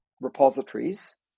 repositories